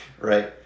Right